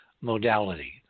modality